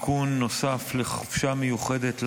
(חופשה מיוחדת לאסיר)